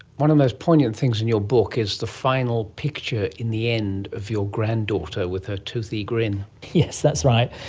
one of the most poignant things in your book is the final picture in the end of your granddaughter with her toothy grin yes, that's right.